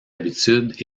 habitude